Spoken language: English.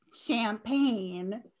champagne